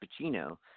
Pacino